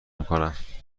میکنم